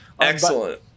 Excellent